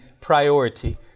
priority